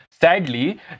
Sadly